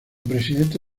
presidente